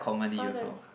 all these